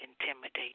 intimidate